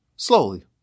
Slowly